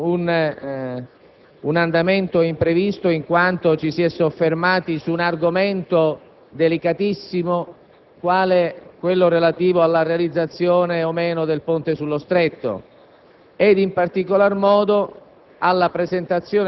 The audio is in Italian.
Ieri la seduta ha avuto un andamento imprevisto in quanto ci si è soffermati su un argomento delicatissimo quale quello relativo alla realizzazione o meno del ponte sullo Stretto